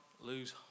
lose